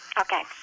Okay